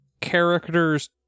characters